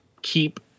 Keep